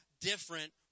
different